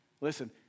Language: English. Listen